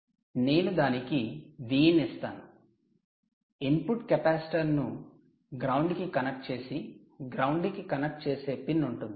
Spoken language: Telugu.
'ఇన్పుట్ కెపాసిటర్' 'input capacitor' ను 'గ్రౌండ్' కి కనెక్ట్ చేసే పిన్ ఉంటుంది